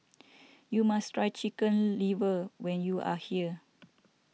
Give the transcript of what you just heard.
you must try Chicken Liver when you are here